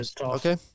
Okay